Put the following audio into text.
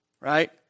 right